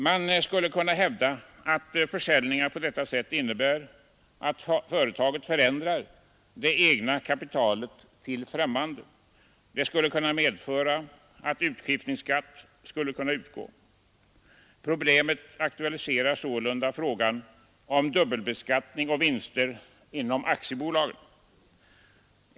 Man skulle kunna hävda att försäljningar på detta sätt innebär att företaget förändrar det egna kapitalet till fträmmande. Det skulle kunna medföra att utskiftningsskatt skulle utgå. Problemet aktualiserar sålunda frågan om dubbelbeskattning av vinster inom aktiebolagen.